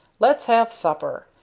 let's have supper.